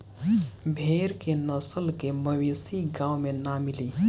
भेड़ के नस्ल के मवेशी गाँव में ना मिली